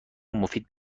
مفید